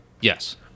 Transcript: Yes